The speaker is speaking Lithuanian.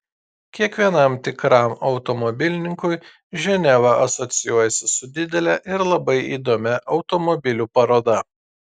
kiekvienam tikram automobilininkui ženeva asocijuojasi su didele ir labai įdomia automobilių paroda